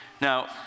Now